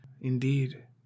Indeed